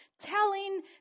telling